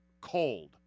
cold